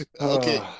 Okay